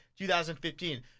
2015